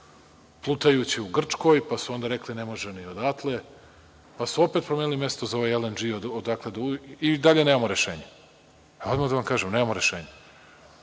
plutajuće, u Grčkoj, pa su rekli da ne može ni odatle, pa su opet promenili mesto za ovaj LNG i dalje nemamo rešenje. Odmah da vam kažem da nemamo rešenje. Godinu